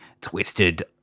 twisted